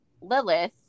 Lilith